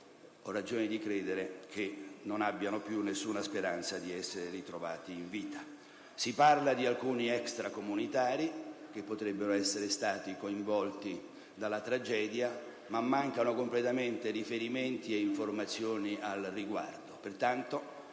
ho ragione di credere che i dieci dispersi non abbiano più nessuna speranza di essere ritrovati in vita. Si parla di alcuni extracomunitari che potrebbero essere stati coinvolti dalla tragedia, ma mancano completamente riferimenti e informazioni al riguardo.